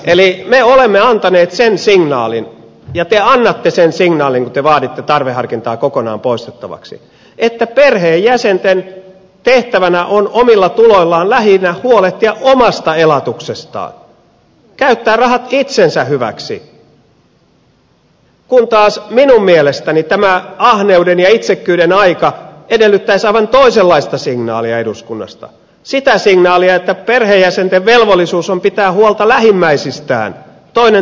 eli me olemme antaneet sen signaalin ja te annatte sen signaalin kun te vaaditte tarveharkintaa kokonaan poistettavaksi että perheenjäsenten tehtävänä on omilla tuloillaan lähinnä huolehtia omasta elatuksestaan käyttää rahat itsensä hyväksi kun taas minun mielestäni tämä ahneuden ja itsekkyyden aika edellyttäisi aivan toisenlaista signaalia eduskunnasta sitä signaalia että perheenjäsenten velvollisuus on pitää huolta lähimmäisistään toinen toisistaan